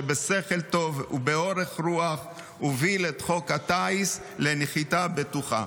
שבשכל טוב ובאורך רוח הוביל את חוק הטיס לנחיתה בטוחה.